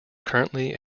currently